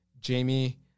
Jamie